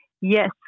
Yes